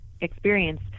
experience